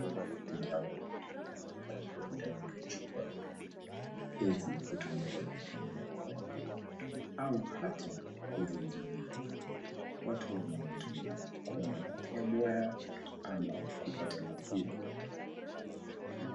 Dawa mingi iliyopakiwa ndani ya chupa hizi hutumika kutibu magojwa au hata kuzizuia. Watu wanazitumia kuwa na afya bora ama kupata nafuu.